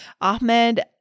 Ahmed